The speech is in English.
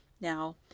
Now